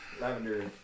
Lavender